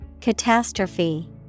Catastrophe